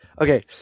Okay